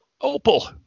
Opal